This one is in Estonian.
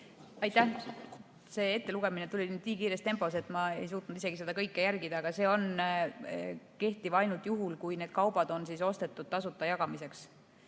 Aitäh! See ettelugemine tuli lihtsalt nii kiires tempos, et ma ei suutnud isegi seda kõike jälgida. Aga see on kehtiv ainult juhul, kui need kaubad on ostetud tasuta jagamiseks